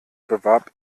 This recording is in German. bewarb